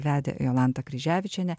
vedė jolanta kryževičienė